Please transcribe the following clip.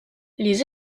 les